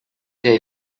tell